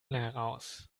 heraus